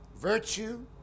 virtue